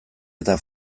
eta